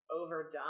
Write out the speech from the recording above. overdone